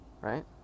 right